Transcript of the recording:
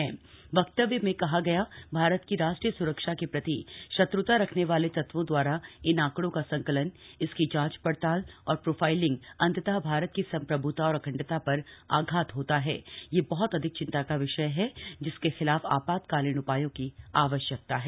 वक्तव्य में कहा गया भारत की राष्ट्रीय स्रक्षा के प्रति शत्र्ता रखने वाले तत्वों दवारा इन आंकड़ों का संकलन इसकी जांच पड़ताल और प्रोफाइलिंग अंतत भारत की संप्रभ्ता और अखंडता पर आघात होता है यह बह्त अधिक चिंता का विषय है जिसके खिलाफ आपातकालीन उपायों की आवश्यकता है